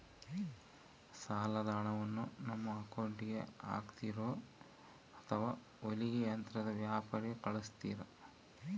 ಸಾಲದ ಹಣವನ್ನು ನಮ್ಮ ಅಕೌಂಟಿಗೆ ಹಾಕ್ತಿರೋ ಅಥವಾ ಹೊಲಿಗೆ ಯಂತ್ರದ ವ್ಯಾಪಾರಿಗೆ ಕಳಿಸ್ತಿರಾ?